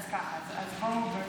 היא אומרת, עכשיו הקראת